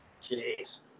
Jeez